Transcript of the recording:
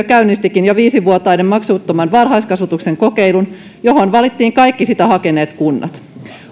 käynnistikin jo viisi vuotiaiden maksuttoman varhaiskasvatuksen kokeilun johon valittiin kaikki sitä hakeneet kunnat